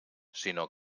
sinó